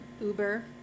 Uber